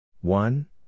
one